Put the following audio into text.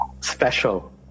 special